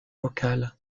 locale